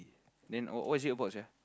then all what is it about sia